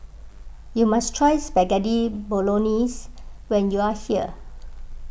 you must try Spaghetti Bolognese when you are here